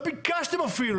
לא ביקשתם אפילו.